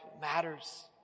matters